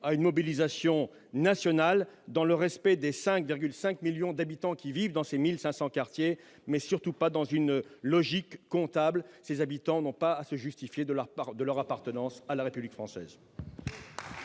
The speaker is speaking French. à une mobilisation nationale dans le respect des 5,5 millions d'habitants qui vivent dans ces 1500 quartiers mais surtout pas dans une logique comptable, ses habitants n'ont pas à se justifier de la part de leur appartenance à la République française.